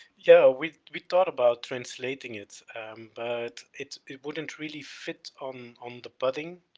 yeah we, we thought about translating it but it, it wouldn't really fit on, on the pudding,